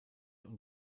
und